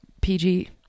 PG